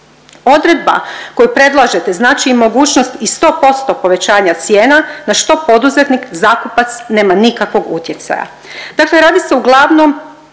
Odredba koju predlažete znači i mogućnost i 100% povećanja cijena na što poduzetnik zakupac nema nikakvog utjecaja.